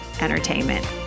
entertainment